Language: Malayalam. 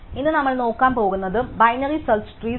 ഇന്ന് നമ്മൾ നോക്കാൻ പോകുന്നതും ബൈനറി സെർച്ച് ട്രീസ്